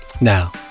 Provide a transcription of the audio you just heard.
Now